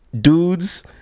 dudes